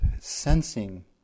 sensing